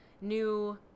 new